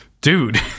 Dude